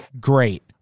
great